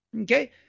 Okay